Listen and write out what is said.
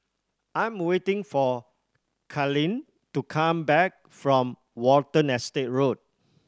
I'm waiting for Katelyn to come back from Watten Estate Road